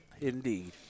Indeed